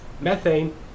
Methane